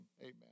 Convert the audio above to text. Amen